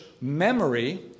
memory